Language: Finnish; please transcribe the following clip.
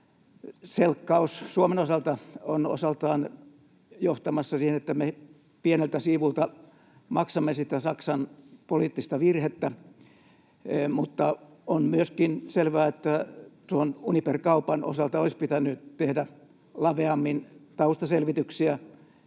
Uniper-selkkaus Suomen osalta on osaltaan johtamassa siihen, että me pieneltä siivulta maksamme sitä Saksan poliittista virhettä, mutta on myöskin selvää, että tuon Uniper-kaupan osalta olisi pitänyt tehdä laveammin taustaselvityksiä